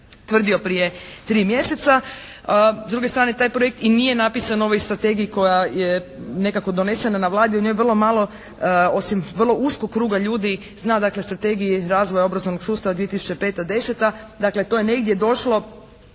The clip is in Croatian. tvrdio prije tri mjeseca. S druge strane taj projekt i nije napisan u ovoj strategiji koja je nekako donesena na Vladi. U njoj je vrlo malo osim vrlo uskog kruga ljudi zna dakle strategije razvoja obrazovnog sustava 2005./2010. Dakle, to je negdje došlo